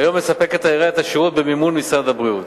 כיום מספקת העירייה את השירות במימון משרד הבריאות.